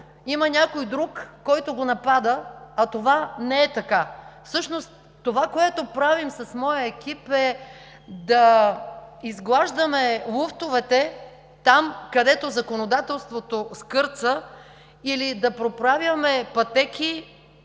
има някой друг, който го напада, а това не е така. Всъщност, това, което правим с моя екип, е да изглаждаме луфтовете там, където законодателството скърца или да проправяме пътеки